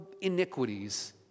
iniquities